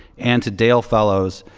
and to dale fellows,